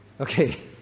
Okay